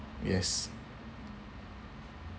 yes